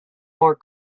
more